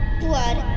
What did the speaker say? Blood